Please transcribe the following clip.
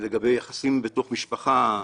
לגבי יחסים בתוך המשפחה.